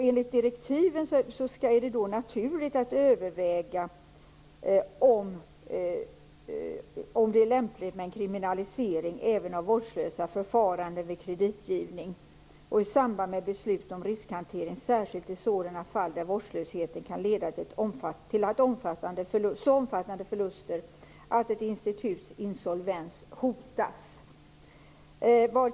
Enligt direktiven är det därför naturligt att överväga om det är lämpligt med en kriminalisering även av vårdslösa förfaranden vid kreditgivning och i samband med beslut om riskhantering, särskilt i sådana fall där vårdslösheten kan leda till så omfattande förluster att ett instituts solvens hotas.